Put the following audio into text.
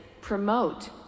promote